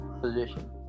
position